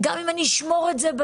גם אם אני אשמור את זה מאוד,